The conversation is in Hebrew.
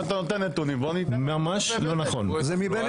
אם אתה נותן נתונים, בוא ניתן --- ממה לא נכון.